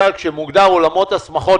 אני חושב שאתה יכול לעמוד על זה, הרב גפני.